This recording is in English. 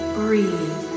breathe